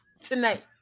tonight